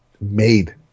made